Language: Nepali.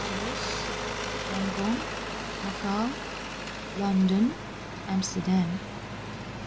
Paris Hong Kong Macau London Amsterdam